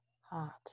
heart